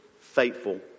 faithful